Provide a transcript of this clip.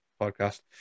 podcast